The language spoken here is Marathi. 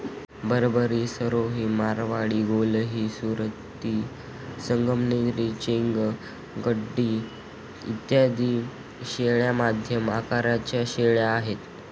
बरबरी, सिरोही, मारवाडी, गोहली, सुरती, संगमनेरी, चेंग, गड्डी इत्यादी शेळ्या मध्यम आकाराच्या शेळ्या आहेत